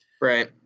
Right